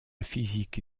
physique